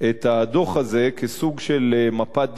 את הדוח הזה כסוג של "מפת דרכים",